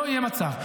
לא יהיה מצב.